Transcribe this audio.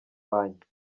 banki